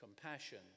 compassion